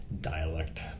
dialect